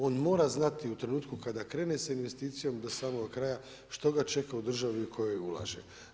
On mora znati u trenutku kada krene sa investicijom do samoga kraja što ga čeka u državi u kojoj ulaže.